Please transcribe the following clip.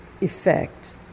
effect